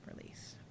release